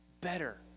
better